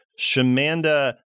Shamanda